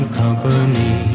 company